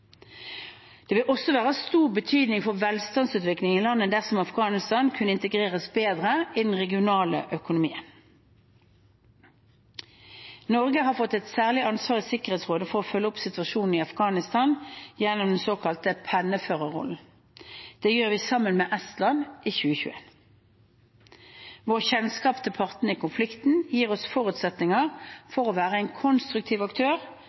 Det vil også være av stor betydning for velstandsutviklingen i landet dersom Afghanistan kunne integreres bedre i den regionale økonomien. Norge har fått et særlig ansvar i Sikkerhetsrådet for å følge opp situasjonen i Afghanistan gjennom den såkalte penneførerrollen. Det gjør vi sammen med Estland i 2021. Vårt kjennskap til partene i konflikten gir oss gode forutsetninger for å være en konstruktiv aktør